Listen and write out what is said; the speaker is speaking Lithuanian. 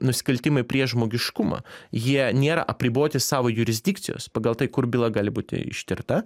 nusikaltimai prieš žmogiškumą jie nėra apriboti savo jurisdikcijos pagal tai kur byla gali būti ištirta